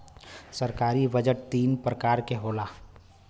सरकारी बजट तीन परकार के होला